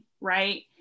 right